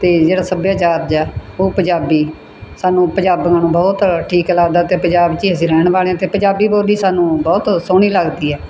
ਅਤੇ ਜਿਹੜਾ ਸੱਭਿਆਚਾਰ ਆ ਉਹ ਪੰਜਾਬੀ ਸਾਨੂੰ ਪੰਜਾਬੀਆਂ ਨੂੰ ਬਹੁਤ ਠੀਕ ਲੱਗਦਾ ਅਤੇ ਪੰਜਾਬ 'ਚ ਹੀ ਅਸੀਂ ਰਹਿਣ ਵਾਲੇ ਹਾਂ ਅਤੇ ਪੰਜਾਬੀ ਬੋਲੀ ਸਾਨੂੰ ਬਹੁਤ ਸੋਹਣੀ ਲੱਗਦੀ ਹੈ